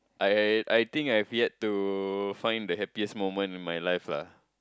I I think I've yet to find the happiest moment in my life lah